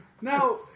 Now